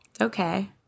Okay